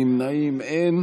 נמנעים, אין.